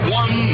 one